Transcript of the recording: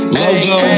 logo